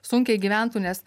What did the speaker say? sunkiai gyventų nes